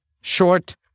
short